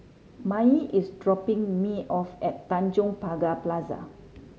Maye is dropping me off at Tanjong Pagar Plaza